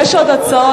יש עוד הצעות,